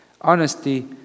Honesty